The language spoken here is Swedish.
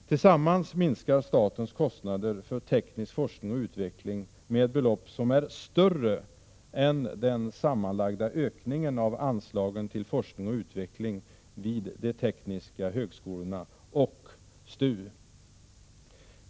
Tillsammans minskar statens kostnader för teknisk FoU med ett belopp som är större än den sammanlagda ökningen av anslagen till de tekniska högskolorna och STU.